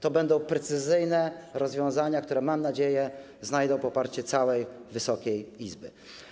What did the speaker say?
To będą precyzyjne rozwiązania, które, mam nadzieję, znajdą poparcie całej Wysokiej Izby.